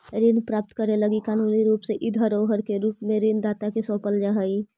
ऋण प्राप्त करे लगी कानूनी रूप से इ धरोहर के रूप में ऋण दाता के सौंपल जा हई